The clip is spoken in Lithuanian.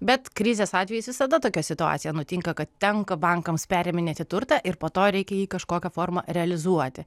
bet krizės atvejais visada tokia situacija nutinka kad tenka bankams periminėti turtą ir po to reikia jį kažkokia forma realizuoti